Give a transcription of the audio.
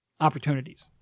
opportunities